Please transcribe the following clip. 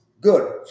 Good